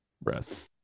breath